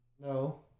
No